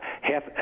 half